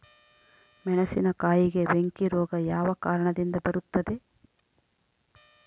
ಮೆಣಸಿನಕಾಯಿಗೆ ಬೆಂಕಿ ರೋಗ ಯಾವ ಕಾರಣದಿಂದ ಬರುತ್ತದೆ?